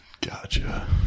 gotcha